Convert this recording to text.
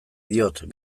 diot